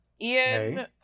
Ian